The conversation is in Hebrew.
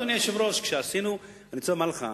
לא כתעלול בחירות.